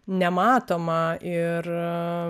nematoma ir